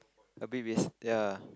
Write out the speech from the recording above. a bit waste ya